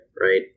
Right